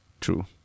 True